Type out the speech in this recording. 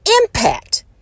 impact